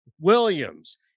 Williams